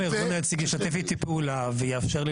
אם הארגון היציג ישתף איתי פעולה ויאפשר לי